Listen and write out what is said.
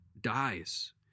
dies